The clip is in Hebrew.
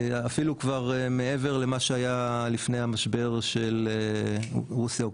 אפילו כבר מעבר למה שהיה לפני המשבר של רוסיה-אוקראינה.